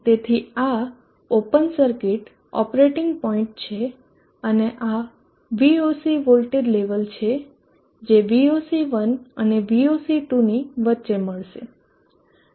તેથી આ open circuit operating point છે અને આ VOC વોલ્ટેજ લેવલ છે જે VOC1 અને VOC2 ની વચ્ચે મળશે